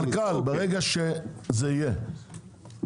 ברגע שזה יהיה,